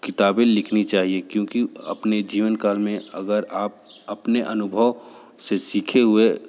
किताबें लिखनी चाहिए क्योंकि अपने जीवन काल में अगर आप अपने अनुभव से सीखे हुए